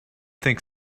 think